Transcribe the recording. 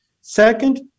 Second